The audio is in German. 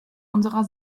unserer